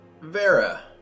Vera